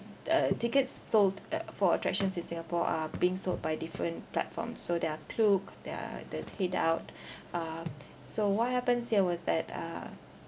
the tickets sold uh for attractions in singapore are being sold by different platforms so there are Klook there are there's Headout um so what happens here was that uh